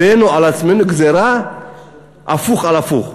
הבאנו על עצמנו גזירה הפוך על הפוך.